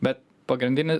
bet pagrindinė